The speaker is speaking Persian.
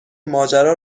ماجرا